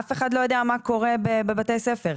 אף אחד לא יודע מה קורה בבתי ספר.